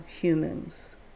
humans